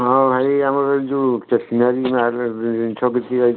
ହଁ ଭାଇ ଆମର ଯେଉଁ ଷ୍ଟେସନାରୀ ଜିନିଷ ବିକ୍ରି ହେଇଥାନ୍ତା